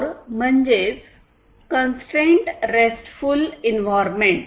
core म्हणजे constraint restful environment